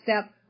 step